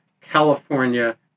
California